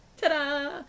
ta-da